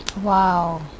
Wow